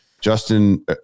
Justin